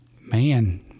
man